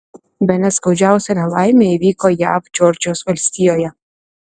bene skaudžiausia nelaimė įvyko jav džordžijos valstijoje